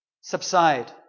subside